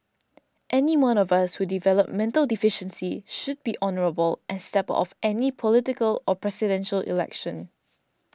anyone of us who develop mental deficiency should be honourable and step of any political or Presidential Election